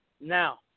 Now